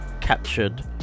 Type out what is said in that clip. captured